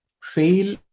fail